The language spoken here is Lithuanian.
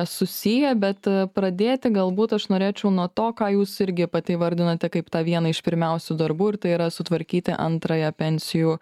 susiję bet pradėti galbūt aš norėčiau nuo to ką jūs irgi pati įvardinate kaip tą vieną iš pirmiausių darbų ir tai yra sutvarkyti antrąją pensijų